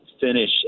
finish